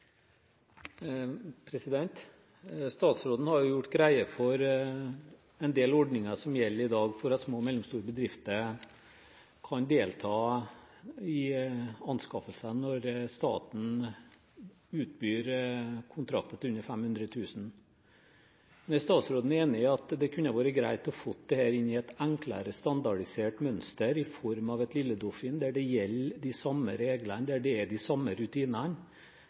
Statsråden har gjort greie for en del ordninger som gjelder i dag, for at små og mellomstore bedrifter kan delta i anskaffelser når staten utbyr kontrakter til under 500 000 kr. Er statsråden enig i at det kunne vært greit å få dette inn i et enklere, standardisert mønster i form av et Lille Doffin, der de samme reglene gjelder, og der det er de samme rutinene